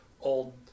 old